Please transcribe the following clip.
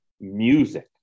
music